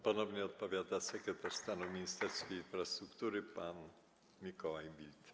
Ponownie odpowiada sekretarz stanu w Ministerstwie Infrastruktury pan Mikołaj Wild.